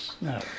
No